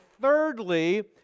thirdly